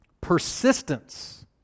Persistence